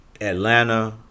atlanta